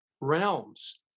realms